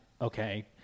okay